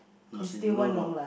not sin~ no no